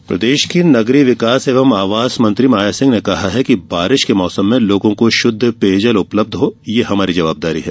मंत्री दौरा प्रदेश की नगरीय विकास एवं आवास मंत्री मायासिंह ने कहा है कि बारिश के मौसम में लोगों को शुद्ध पेयजल उपलब्य हो ये हमारी जवाबदारी है